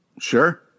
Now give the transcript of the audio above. Sure